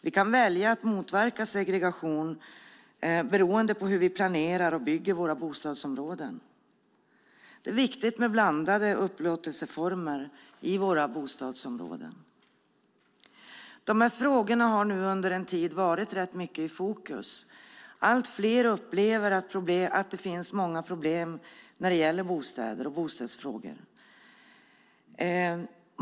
Vi kan välja att motverka segregation beroende på hur vi planerar och bygger våra bostadsområden. Det är viktigt med blandade upplåtelseformer i våra bostadsområden. Dessa frågor har nu under en tid varit rätt mycket i fokus. Allt fler upplever att det finns många problem när det gäller bostäder och bostadsfrågor.